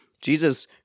Jesus